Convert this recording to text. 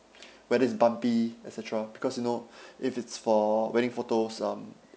whether it's bumpy et cetera because you know if it's for wedding photos um